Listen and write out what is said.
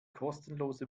kostenlose